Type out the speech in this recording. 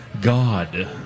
God